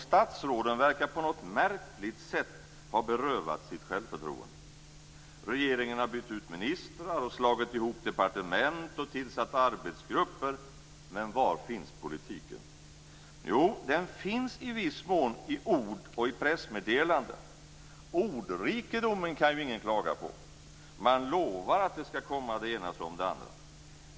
Statsråden verkar på något märkligt sätt ha berövats sitt självförtroende. Regeringen har bytt ut ministrar, slagit ihop departement och tillsatt arbetsgrupper. Men var finns politiken? Jo, den finns i viss mån i ord och i pressmeddelanden. Ordrikedomen kan ju ingen klaga på. Man lovar att det ena och det andra skall komma.